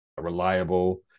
reliable